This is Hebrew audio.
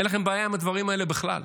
אין לכם בעיה עם הדברים האלה בכלל.